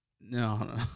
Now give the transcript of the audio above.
No